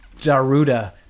Daruda